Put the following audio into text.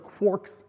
quarks